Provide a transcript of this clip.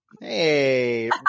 Hey